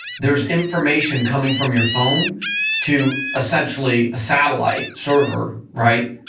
there's information coming from your phone to essentially a satellite server, right,